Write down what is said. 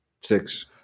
six